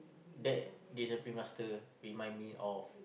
that discipline master remind me of